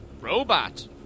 Robot